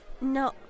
No